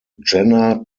jenner